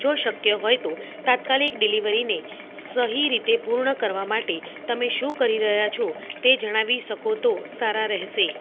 જો શક્ય હોય તો તાત્કાલિક ડિલિવરીને સહી રીતે પૂર્ણ કરવા માટે તમે શું કરી રહ્યા છો તે જણાવી શકો તો સારું રહેશે